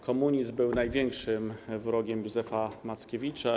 Komunizm był największym wrogiem Józefa Mackiewicza.